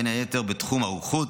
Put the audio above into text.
בין היתר בתחום הרוקחות,